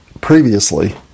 previously